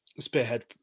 spearhead